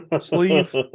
sleeve